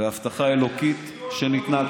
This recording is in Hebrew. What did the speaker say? וההבטחה האלוקית ניתנה כאן.